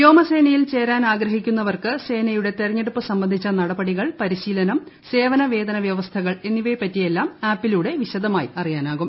വ്യോമസേനയിൽ ചേരാൻ ആഗ്രഹിക്കുന്നവർക്ക് സേനയുടെ തെരഞ്ഞെടുപ്പ് സംബന്ധിച്ച ്ല നടപടികൾ പരിശീലനം സേവന വേതന വ്യവസ്ഥകൾ എന്നിറ്റ്ട്രിയ്പ്പറ്റിയെല്ലാം ആപ്പിലൂടെ വിശദമായി അറിയാനാകും